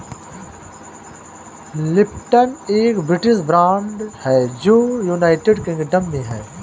Lipton एक British brand है जो यूनाइटेड किंगडम में है